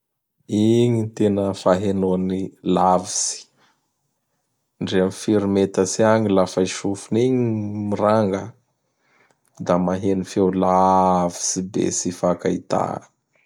Igny gny tena fahenoany lavitsy. Ndre amin'ny firy metatsy agny lafa i sofiny igny miranga da maheno feo lavitsy be tsy hifakahita;